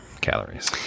calories